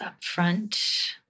upfront